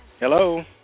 Hello